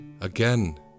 Again